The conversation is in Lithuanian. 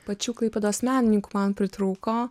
pačių klaipėdos menininkų man pritrūko